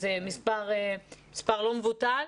שזה מספר לא מבוטל.